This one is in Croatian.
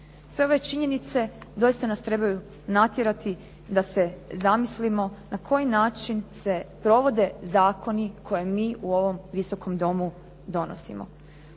Sve ove činjenice doista nas trebaju natjerati da se zamislimo na koji način se provode zakoni koje mi u ovom Visokom domu donosimo.